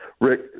Rick